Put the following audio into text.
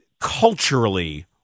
culturally